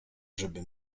żeby